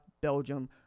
Belgium